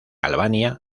albania